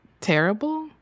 terrible